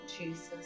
Jesus